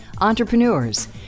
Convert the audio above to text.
entrepreneurs